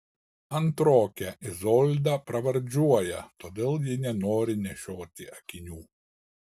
antrokę izoldą pravardžiuoja todėl ji nenori nešioti akinių